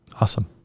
awesome